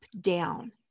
down